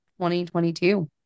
2022